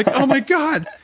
ah oh my god.